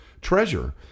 treasure